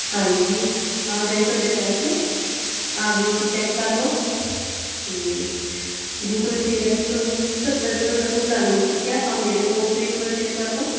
ਹਾਂਜੀ ਆ ਗਏ ਤੁਹਾਡੇ ਪੈਸੇ ਆਹ ਵੀਰ ਜੀ ਚੈੱਕ ਕਰ ਲਓ ਅਤੇ ਗੂਗਲ ਪੇ ਰਾਹੀਂ ਤੁਹਾਨੂੰ ਸੱਤਰ ਰੁਪਏ ਤੁਹਾਡਾ ਭੁਗਤਾਨ ਹੋ ਚੁੱਕਿਆ ਆਹ ਮੇਰੇ ਫ਼ੋਨ ਵਿੱਚ ਵੀ ਇੱਕ ਵਾਰ ਚੈੱਕ ਕਰ ਲਓ